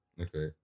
okay